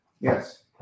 Yes